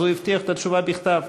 אז הוא הבטיח את התשובה בכתב.